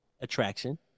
attraction